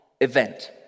event